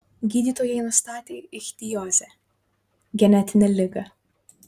gydytojai nustatė ichtiozę genetinę ligą